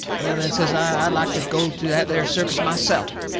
well, then, says i, i'd like to go to that there circus myself.